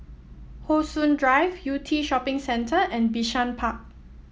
How Sun Drive Yew Tee Shopping Centre and Bishan Park